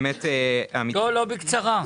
לא, לא בקצרה.